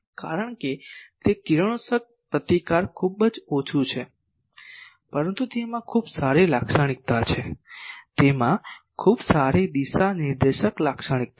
કારણ કે તે કિરણોત્સર્ગ પ્રતિકાર ખૂબ જ ઓછું છે પરંતુ તેમાં ખૂબ સારી લાક્ષણિકતા છે તેમાં ખૂબ સારી દિશા નિર્દેશિક લાક્ષણિકતા છે